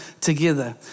together